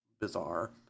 Bizarre